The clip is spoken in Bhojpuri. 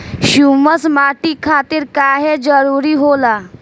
ह्यूमस माटी खातिर काहे जरूरी होला?